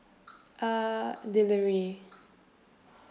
uh delivery